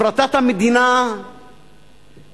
הפרטת המדינה לדעת,